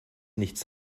nichts